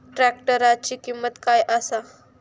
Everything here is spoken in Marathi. ट्रॅक्टराची किंमत काय आसा?